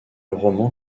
roman